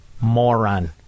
moron